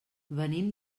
venim